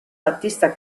battista